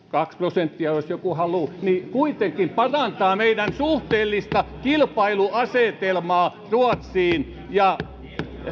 kaksi prosenttia jos joku haluaa kuitenkin parantaa meidän suhteellista kilpailuasetelmaamme ruotsiin ja